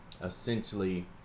Essentially